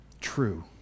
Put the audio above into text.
true